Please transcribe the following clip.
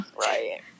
right